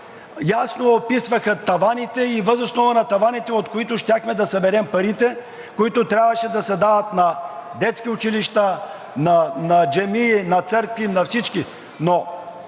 ясно описваха таваните и въз основа на таваните, от които щяхме да съберем парите, които трябваше да се дават на детски градини, училища, на джамии, на църкви, на всички.